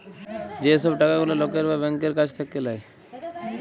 যে সব টাকা গুলা লকের বা ব্যাংকের কাছ থাক্যে লায়